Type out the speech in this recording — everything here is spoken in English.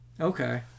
Okay